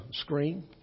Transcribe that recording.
screen